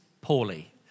poorly